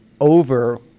over